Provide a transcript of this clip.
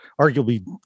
arguably